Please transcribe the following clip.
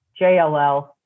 JLL